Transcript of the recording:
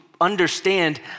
understand